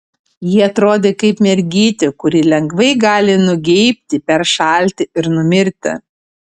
ji atrodė kaip mergytė kuri lengvai gali nugeibti peršalti ir numirti